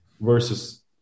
versus